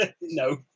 No